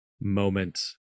moment